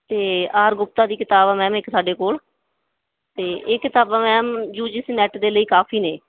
ਅਤੇ ਆਰ ਗੁਪਤਾ ਦੀ ਕਿਤਾਬ ਆ ਮੈਮ ਇੱਕ ਸਾਡੇ ਕੋਲ ਅਤੇ ਇਹ ਕਿਤਾਬਾਂ ma'am U G C NET ਦੇ ਲਈ ਕਾਫੀ ਨੇ